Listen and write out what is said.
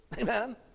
Amen